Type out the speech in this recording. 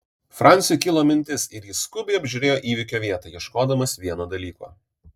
franciui kilo mintis ir jis skubiai apžiūrėjo įvykio vietą ieškodamas vieno dalyko